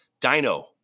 Dino